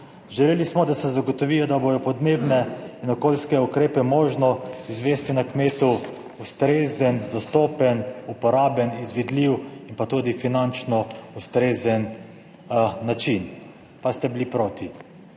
Želeli smo, da se zagotovijo, da bodo podnebne in okoljske ukrepe možno izvesti na kmetu ustrezen, dostopen, uporaben, izvedljiv in pa tudi finančno ustrezen način, pa ste bili proti.